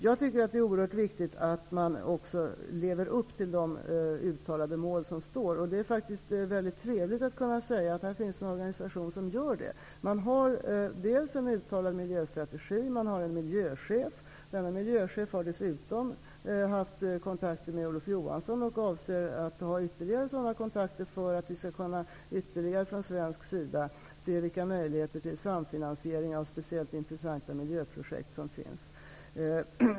Jag tycker att det är oerhört viktigt att man också lever upp till de uttalade mål som har fastställts. Det är väldigt trevligt att kunna säga att här finns en organisation som gör det. Man har en uttalad miljöstrategi och en miljöchef. Denne miljöchef har dessutom haft kontakter med Olof Johansson och han avser att ta ytterligare kontakter för att man från svensk sida skall se efter vilka möjligheter det finns för samfinansiering av speciellt intressanta miljöprojekt.